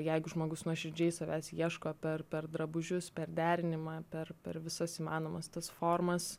jeigu žmogus nuoširdžiai savęs ieško per per drabužius per derinimą per per visas įmanomas tas formas